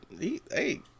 hey